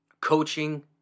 Coaching